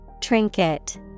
Trinket